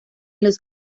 los